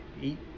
Eat